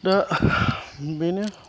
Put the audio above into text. दा बेनो